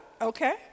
Okay